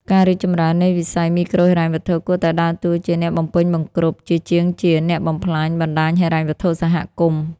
ការរីកចម្រើននៃវិស័យមីក្រូហិរញ្ញវត្ថុ គួរតែដើរតួជា "អ្នកបំពេញបង្គ្រប់" ជាជាងជា "អ្នកបំផ្លាញ" បណ្តាញហិរញ្ញវត្ថុសហគមន៍។